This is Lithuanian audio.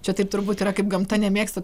čia taip turbūt yra kaip gamta nemėgsta